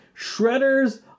shredders